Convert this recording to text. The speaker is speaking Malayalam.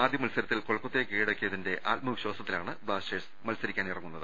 ആദ്യ മത്സ രത്തിൽ കൊൽക്കത്തയെ കീഴടക്കിയതിന്റെ ആത്മവിശ്വാസത്തിലാണ് ബ്ലാസ്റ്റേഴ്സ് മത്സരത്തിനിറങ്ങുന്നത്